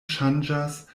ŝanĝas